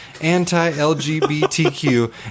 anti-LGBTQ